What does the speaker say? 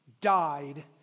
died